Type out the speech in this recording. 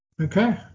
Okay